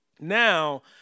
now